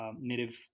native